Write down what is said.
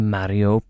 Mario